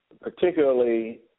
particularly